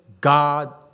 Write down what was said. God